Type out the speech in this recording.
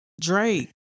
Drake